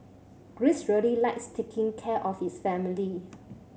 Greece really likes taking care of his family